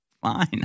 fine